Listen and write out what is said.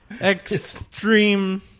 Extreme